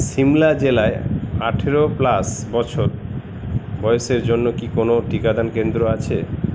সিমলা জেলায় আঠেরো প্লাস বছর বয়সের জন্য কি কোনো টিকাদান কেন্দ্র আছে